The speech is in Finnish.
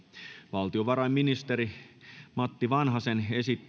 valtiovarainministeri matti vanhasen